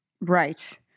Right